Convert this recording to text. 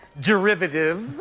Derivative